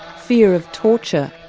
fear of torture,